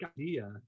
idea